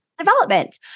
development